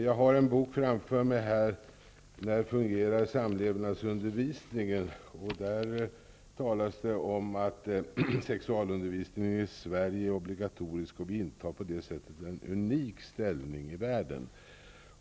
Jag har en bok framför mig som har titeln När fungerar samlevnadsundervisningen? Där sägs det: Sexualundervisningen i Sverige är obligatorisk och intar på det sättet en unik ställning i världen.